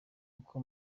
uko